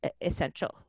essential